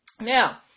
Now